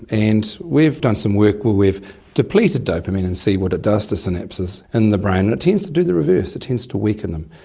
and we've done some work where we've depleted dopamine and see what it does to synapses in the and it tends to do the reverse it tends to weaken them.